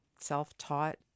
Self-taught